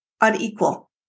unequal